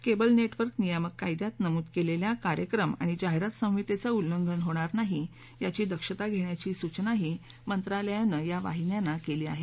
cable network नियामक कायद्यात नमूद केलेल्या कार्यक्रम आणि जाहीरात संहितेचं उल्लंघन होणार नाही याची दक्षता घेण्याची सूचनाही मंत्रालयानं या वाहिन्यांना केली आहे